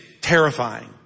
terrifying